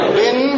Bin